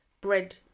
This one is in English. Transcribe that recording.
bread